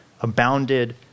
abounded